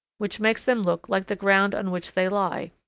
which makes them look like the ground on which they lie,